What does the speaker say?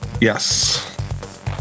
Yes